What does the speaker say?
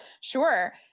Sure